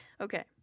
Okay